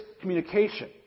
communication